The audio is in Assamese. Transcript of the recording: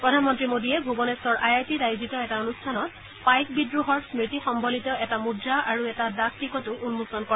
প্ৰধানমন্ত্ৰী মোডীয়ে ভুৱনেধৰ আই আই টিত আয়োজিত এটা অনুষ্ঠানত পাইক বিদ্ৰোহৰ স্মৃতি সম্বলিত এটা মুদ্ৰা আৰু এটা ডাক টিকটো উন্মোচন কৰে